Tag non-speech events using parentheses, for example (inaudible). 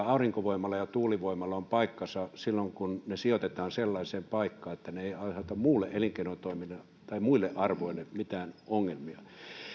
(unintelligible) aurinkovoimalla ja tuulivoimalla on kyllä paikkansa silloin kun ne sijoitetaan sellaiseen paikkaan että ne eivät aiheuta muulle elinkeinotoiminnalle tai muille arvoille mitään ongelmia